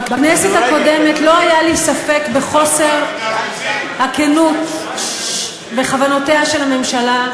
בכנסת הקודמת לא היה לי ספק בחוסר הכנות בכוונותיה של הממשלה,